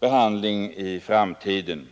behandling i framtiden.